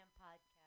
podcast